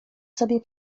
sobie